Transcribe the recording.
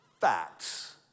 facts